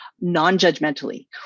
non-judgmentally